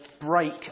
break